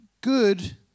good